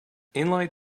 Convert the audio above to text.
inline